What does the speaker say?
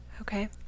okay